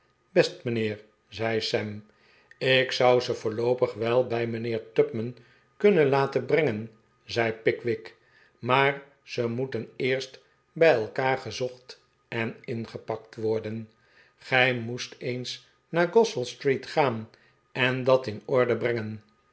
best mijnheer zei sam ik zou ze voorloopig wel bij mijnheer tupman kuhnen laten brengen zei pickwick maar ze moeten eerst bij elkaar gezocht en ingepakt worden gij moest eens naar goswell street gaan en dat in orde brengen